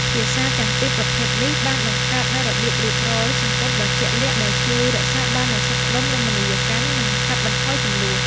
ភាសាទាំងពីរប្រភេទនេះបានបង្កើតនូវរបៀបរៀបរយសង្គមដ៏ជាក់លាក់ ដែលជួយរក្សាបាននូវសុខដុមរមណីយកម្ម និងកាត់បន្ថយជម្លោះ។